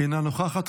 אינה נוכחת.